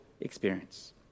experience